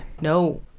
No